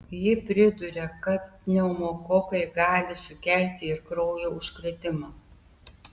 ji priduria kad pneumokokai gali sukelti ir kraujo užkrėtimą